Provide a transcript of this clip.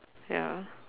ya